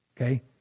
Okay